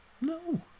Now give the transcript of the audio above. No